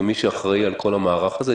כמי שאחראי על כל המערך הזה?